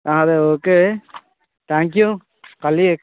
okay thank you కలీక్